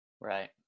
right